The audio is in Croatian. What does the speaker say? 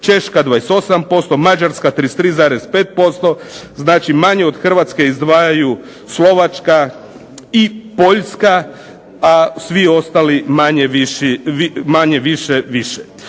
Češka 28%, Mađarska 33,5%. Znači, manje od Hrvatske izdvajaju Slovačka i Poljska, a svi ostali manje-više više.